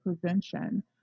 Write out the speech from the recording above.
prevention